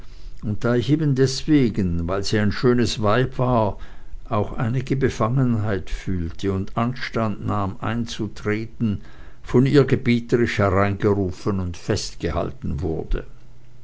und da ich eben deswegen weil sie ein schönes weib war auch einige befangenheit fühlte und anstand nahm einzutreten von ihr gebieterisch hereingerufen und festgehalten worden